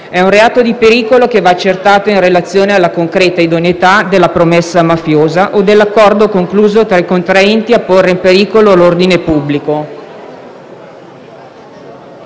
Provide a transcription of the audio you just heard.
di un reato di pericolo che va accertato in relazione alla concreta idoneità della promessa mafiosa o dell'accordo concluso tra i contraenti a porre in pericolo l'ordine pubblico.